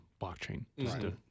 blockchain